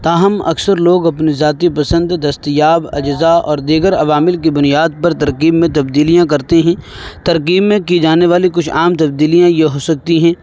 تاہم اکثر لوگ اپنی ذاتی پسند دستیاب اجزا اور دیگر عوامل کی بنیاد پر ترکیب میں تبدیلیاں کرتے ہیں ترکیب میں کی جانے والی کچھ عام تبدیلیاں یہ ہو سکتی ہیں